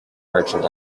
merchant